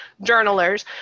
journalers